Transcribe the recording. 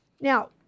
Now